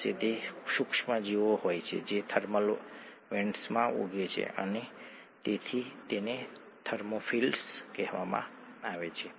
અને તેને એડીપીનું સબસ્ટ્રેટ લેવલ ફોસ્ફોરાયલેશન કહેવામાં આવે છે